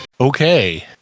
okay